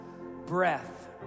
breath